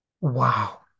Wow